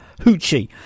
Hoochie